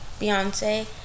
Beyonce